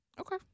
Okay